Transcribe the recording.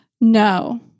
No